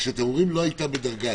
כשאתם אומרים "לא הייתה בדרגה",